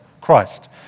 Christ